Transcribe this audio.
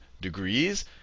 degrees